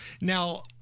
Now